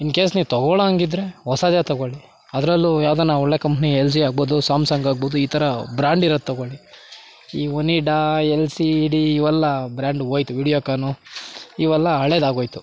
ಇನ್ case ನೀವು ತೊಗೊಳ್ಳೋಂಗಿದ್ರೆ ಹೊಸದೇ ತೊಗೊಳ್ಳಿ ಅದರಲ್ಲೂ ಯಾವ್ದಾನ ಒಳ್ಳೆ ಕಂಪ್ನಿ ಎಲ್ ಜಿ ಆಗ್ಬೋದು ಸ್ಯಾಮ್ಸಂಗ್ ಆಗ್ಬೋದು ಈ ಥರ ಬ್ರಾಂಡ್ ಇರೋದು ತೊಗೊಳ್ಳಿ ಈ ಒನಿಡಾ ಎಲ್ ಸಿ ಡಿ ಇವೆಲ್ಲ ಬ್ರಾಂಡ್ ಹೋಯ್ತು ವಿಡಿಯೋಕಾನು ಇವೆಲ್ಲ ಹಳೆದಾಗೋಯ್ತು